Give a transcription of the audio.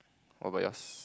what about yours